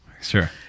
Sure